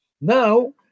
Now